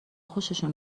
خوششون